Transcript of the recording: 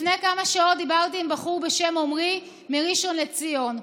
לפני כמה שעות דיברתי עם בחור בשם עומרי מראשון לציון.